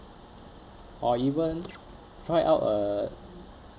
or even try out a